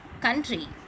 country